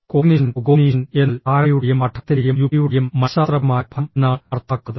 cognition എന്നാൽ ധാരണയുടെയും പഠനത്തിന്റെയും യുക്തിയുടെയും മനഃശാസ്ത്രപരമായ ഫലം എന്നാണ് അർത്ഥമാക്കുന്നത്